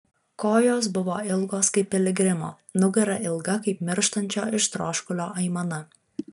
kojos buvo ilgos kaip piligrimo nugara ilga kaip mirštančio iš troškulio aimana